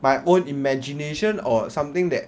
my own imagination or something that